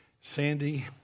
Sandy